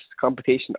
competition